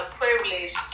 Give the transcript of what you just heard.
privilege